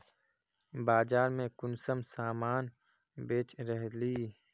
बाजार में कुंसम सामान बेच रहली?